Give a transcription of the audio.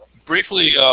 briefly,